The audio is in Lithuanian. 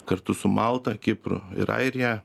kartu su malta kipru ir airija